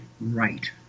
right